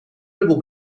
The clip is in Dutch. dubbel